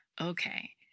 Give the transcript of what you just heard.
Okay